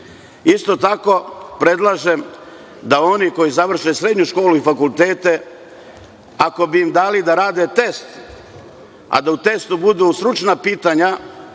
tako, predlažem da oni koji završe srednje škole i fakultete, ako bi im dali da rade test, a da u testu budu stručna pitanja